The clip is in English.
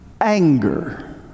anger